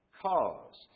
caused